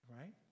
right